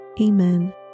Amen